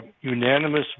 unanimous